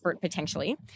potentially